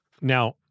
Now